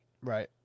Right